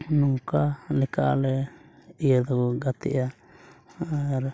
ᱱᱚᱝᱠᱟ ᱞᱮᱠᱟ ᱟᱞᱮ ᱤᱭᱟᱹ ᱫᱚ ᱜᱟᱛᱮᱜᱼᱟ ᱟᱨ